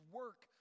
work